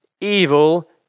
evil